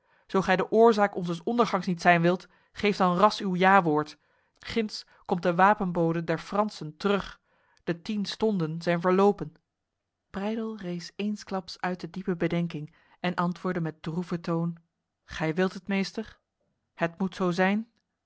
zo gij de oorzaak onzes ondergangs niet zijn wilt geef dan ras uw jawoord ginds komt de wapenbode der fransen terug de tien stonden zijn verlopen breydel rees eensklaps uit de diepe bedenking en antwoordde met droeve toon gij wilt het meester het moet zo zijn